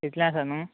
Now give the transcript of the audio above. इतलें आसा न्हू